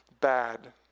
bad